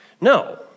No